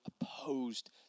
opposed